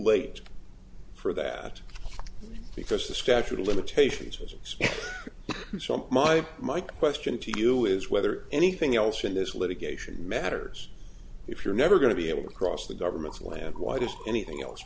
late for that because the statute of limitations has expired so my my question to you is whether anything else in this litigation matters if you're never going to be able to cross the government's land why does anything else